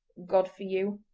god for you!